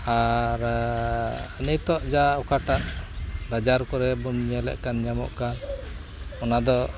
ᱟᱨ ᱱᱤᱛᱚᱜ ᱡᱟ ᱚᱠᱟᱴᱟᱜ ᱵᱟᱡᱟᱨ ᱠᱚᱨᱮ ᱵᱚᱱ ᱧᱮᱞᱮᱫᱠᱟᱱ ᱧᱟᱢᱚᱜ ᱠᱟᱱ ᱚᱱᱟᱫᱚ